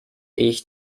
ich